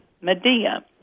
Medea